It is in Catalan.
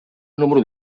número